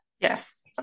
Yes